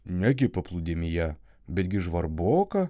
negi paplūdimyje betgi žvarboka